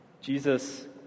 Jesus